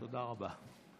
תודה רבה.